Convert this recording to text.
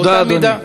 באותה מידה.